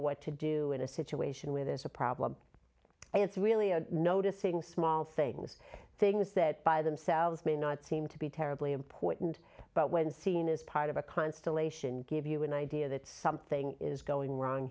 what to do in a situation where there's a problem it's really a noticing small things things that by themselves may not seem to be terribly important but when seen as part of a constellation give you an idea that something is going wrong